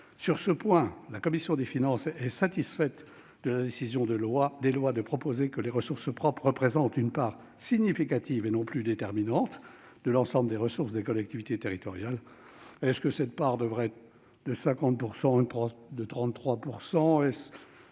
Sur ce point, la commission des finances est satisfaite de la décision de la commission des lois de proposer que les ressources propres représentent une part significative, et non plus déterminante, de l'ensemble des ressources des collectivités territoriales. Cette part devrait-elle être de 50 % ou de 33 %?